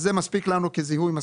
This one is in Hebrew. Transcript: אז זה מספיק לנו כזיהוי מספיק.